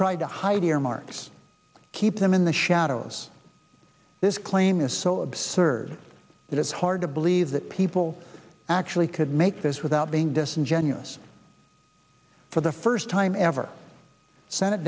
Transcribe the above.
tried to hide earmarks keep them in the shadows this claim is so absurd that it's hard to believe that people actually could make this without being disingenuous for the first time ever senate